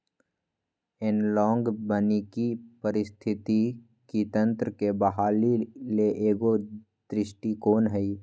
analogue वानिकी पारिस्थितिकी तंत्र के बहाली ले एगो दृष्टिकोण हइ